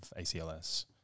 ACLS